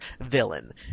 villain